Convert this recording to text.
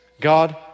God